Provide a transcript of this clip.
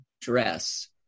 dress